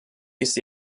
ist